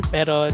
Pero